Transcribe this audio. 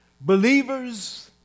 believers